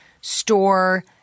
store